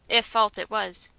if fault it was.